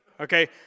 okay